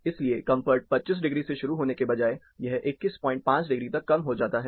इसलिए comfort 25 degree से शुरू होने के बजाय यह 215 डिग्री तक कम हो जाता है